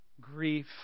grief